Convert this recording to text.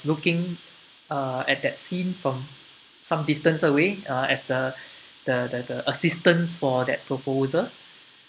looking uh at that scene from some distance away uh as the the the assistants for that proposal